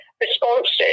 responses